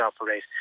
operate